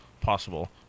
possible